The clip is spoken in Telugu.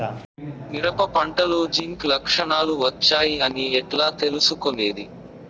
మిరప పంటలో జింక్ లక్షణాలు వచ్చాయి అని ఎట్లా తెలుసుకొనేది?